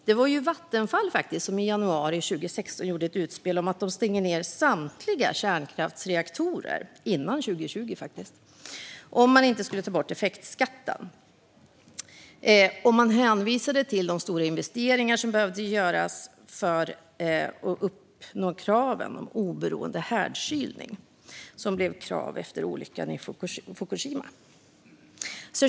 Det var faktiskt Vattenfall som i januari 2016 gjorde ett utspel om att de skulle stänga ned samtliga kärnkraftsreaktorer före 2020 om effektskatten inte togs bort. De hänvisade till de stora investeringar som behövde göras för att uppnå kraven om oberoende härdkylning, ett krav som kom efter olyckan i Fukushima.